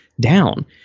down